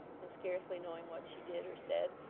and scarcely knowing what she did, or said,